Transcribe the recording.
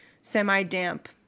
semi-damp